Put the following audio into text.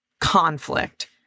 conflict